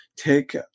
Take